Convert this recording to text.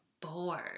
bored